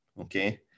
Okay